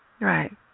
Right